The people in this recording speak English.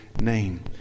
name